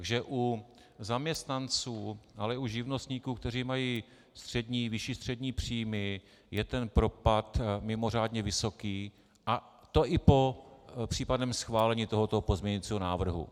Takže u zaměstnanců, ale i živnostníků, kteří mají vyšší střední příjmy, je ten propad mimořádně vysoký, a to i po případném schválení tohoto pozměňovacího návrhu.